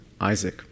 Isaac